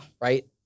Right